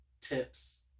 tips